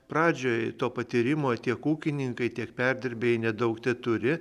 pradžioj to patyrimo tiek ūkininkai tiek perdirbėjai nedaug teturi